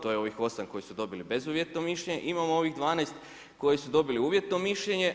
To je ovih 8 koji su dobili bezuvjetno mišljenje, imamo ovih 12 koji su dobili uvjetno mišljenje.